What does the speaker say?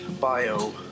bio